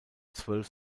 zwölf